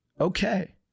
okay